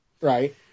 Right